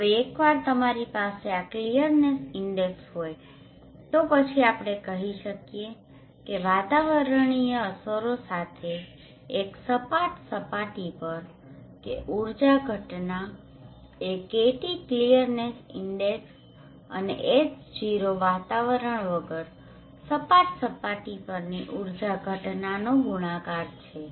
હવે એક વાર તમારી પાસે આ ક્લીયરનેસ ઇન્ડેક્સ હોય તો પછી આપણે કહી શકીએ કે વાતાવરણીય અસરો સાથે એક સપાટ સપાટી પર કે ઊર્જા ઘટના એ KT ક્લીયરનેસ ઇન્ડેક્સ અને H0 વાતારણ વગર સપાટ સપાટી પરની ઊર્જા ઘટનાનો ગુણાકાર છે